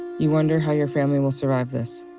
you wonder how your family will survive this.